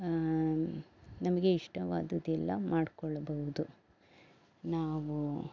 ನಮಗೆ ಇಷ್ಟವಾದುದ್ದೆಲ್ಲ ಮಾಡ್ಕೊಳ್ಳಬಹುದು ನಾವು